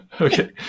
okay